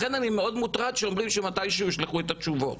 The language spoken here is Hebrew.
לכן אני מאוד מוטרד שאומרים שמתישהו יישלחו את התשובות,